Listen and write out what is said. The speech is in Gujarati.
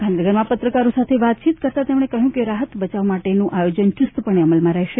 ગાંધીનગરમાં પત્રકારો સાથે વાત કરતાં તેમણે કહ્યું હતું કે રાહત બચાવ માટેનું આયોજન ચુસ્તપણે અમલમાં રહેશે